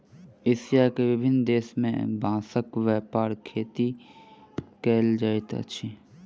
Asia के विभिन्न देश में बांसक व्यापक खेती कयल जाइत अछि